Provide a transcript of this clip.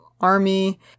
army